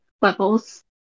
levels